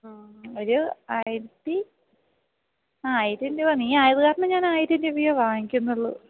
ആ ഒരു ആയിരത്തി ആയിരം രൂപ നീയായത് കാരണം ഞാനായിരം രൂപയേ വാങ്ങിക്കുന്നുള്ളൂ